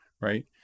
right